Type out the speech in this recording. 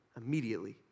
immediately